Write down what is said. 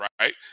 Right